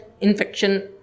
infection